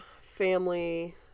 family